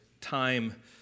time